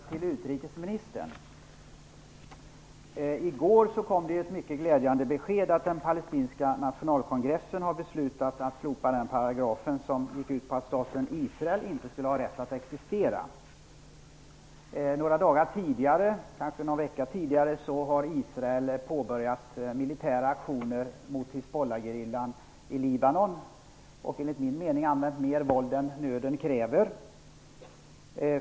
Fru talman! Jag har en fråga till utrikesministern. I går kom det mycket glädjande beskedet att den palestinska nationalkongressen har beslutat att slopa den paragraf som gick ut på att staten Israel inte skulle ha rätt att existera. Några dagar tidigare, kanske en vecka tidigare, påbörjade Israel militära aktioner mot Hizbollahgerillan i Libanon och använde enligt min mening mer våld än nöden krävde.